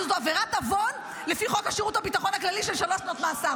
שזו לפי חוק שירות הביטחון הכללי עבירת עוון